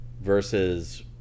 versus